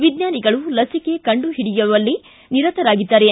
ವಿಜ್ವಾನಿಗಳು ಲಸಿಕೆ ಕಂಡು ಹಿಡಿಯುವಲ್ಲಿ ನಿರತರಾಗಿದ್ದಾರೆ